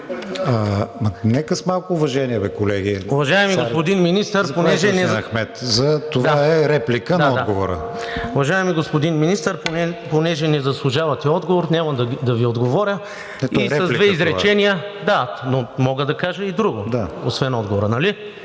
Нека с малко уважение, колеги.